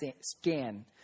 scan